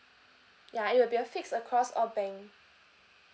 ya it will be a fix across all bank